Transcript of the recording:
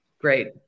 Great